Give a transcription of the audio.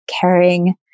caring